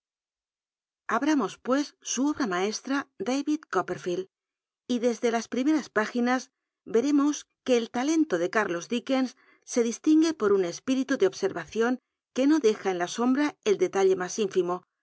abramos pues su obra maestra davitl copperfteld y desde las primeras p tginas reremos que el l alenlo de cú rlos dickens se distingue por un espíritu de obsenacion que no deja en la sombra el detaj ie mas infimo